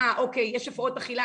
'אה אוקיי יש הפרעות אכילה?